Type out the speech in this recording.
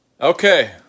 Okay